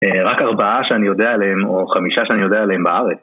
רק ארבעה שאני יודע עליהם, או חמישה שאני יודע עליהם בארץ.